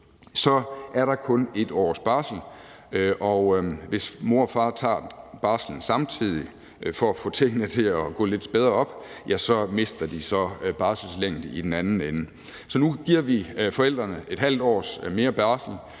så er der kun 1 års barsel, og hvis mor og far tager barslen samtidig for at få tingene til at gå lidt bedre op, så mister de barselslængde i den anden ende. Så nu giver vi forældrene ½ års længere barsel,